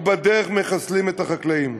ובדרך מחסלים את החקלאים.